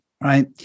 Right